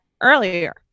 earlier